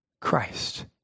Christ